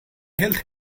health